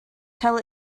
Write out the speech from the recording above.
tell